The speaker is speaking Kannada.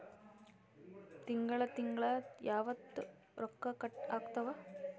ತಿಂಗಳ ತಿಂಗ್ಳ ಯಾವತ್ತ ರೊಕ್ಕ ಕಟ್ ಆಗ್ತಾವ?